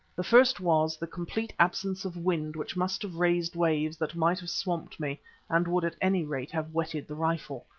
the first was the complete absence of wind which must have raised waves that might have swamped me and would at any rate have wetted the rifle.